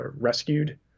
rescued